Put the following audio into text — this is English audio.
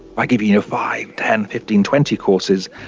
giving you five, ten, fifteen, twenty courses,